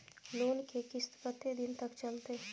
Loan के किस्त कत्ते दिन तक चलते?